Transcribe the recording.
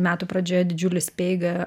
didelę metų pradžioje didžiulį speigą